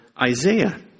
Isaiah